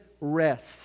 rest